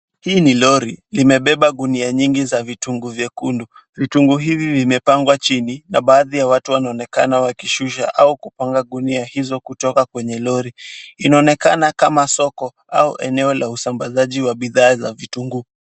Hii ni lori limebeba gunia nyingi za vitungu vyekundu. Vitungu hivi vimepangwa chini na baadhi ya watu wanaonekana wakishusha au kupanga gunia hizo kutoka kwenye lori. Inaonekana kama soko au eneo la usambazaji wa bidhaa za vitungu.